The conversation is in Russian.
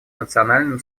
национальным